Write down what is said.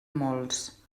molts